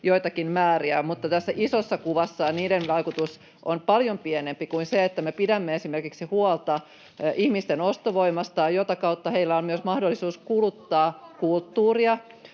joitakin määriä, mutta tässä isossa kuvassa niiden vaikutus on paljon pienempi kuin esimerkiksi sen, että me pidämme huolta ihmisten ostovoimasta, jota kautta heillä on myös mahdollisuus kuluttaa kulttuuria,